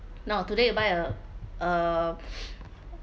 now today you buy a uh